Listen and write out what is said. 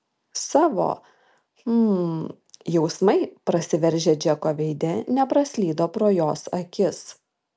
savo hm jausmai prasiveržę džeko veide nepraslydo pro jos akis